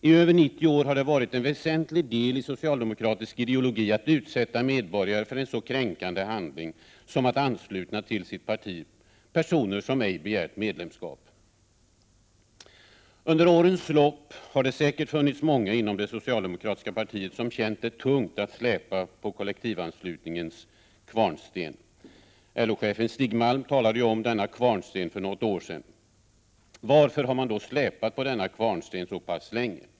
I över 90 år har det varit en väsentlig del i socialdemokratisk ideologi att utsätta medborgare för en så kränkande handling som att ansluta till sitt parti personer som ej begärt medlemskap. Under årens lopp har det säkert funnits många inom det socialdemokratiska partiet som känt det tungt att släpa på kollektivanslutningens kvarnsten. LO-chefen Stig Malm talade om denna kvarnsten för något år sedan. Varför har man då släpat på denna kvarnsten så pass länge?